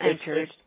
entered